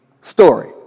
story